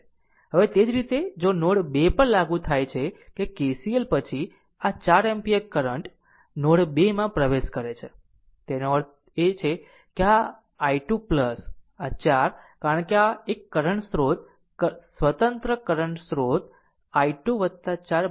હવે તે જ રીતે જો નોડ 2 પર લાગુ થાય છે કે KCL પછી આ 4 એમ્પીયર કરંટ નોડ 2 માં પ્રવેશ કરે છે તેનો અર્થ છે આ i 2 આ 4 કારણ કે આ એક કરંટ સ્રોત સ્વતંત્ર કરંટ સ્રોત i 2 4 i3 છે